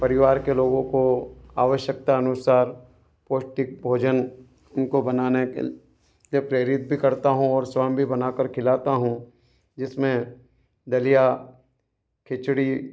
परिवार के लोगों को आवश्यकता अनुसार पौष्टिक भोजन उनको बनाने के लिए प्रेरित भी करता हूँ और स्वयं भी बना कर खिलाता हूँ जिस में दलिया खिचड़ी